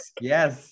yes